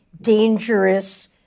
dangerous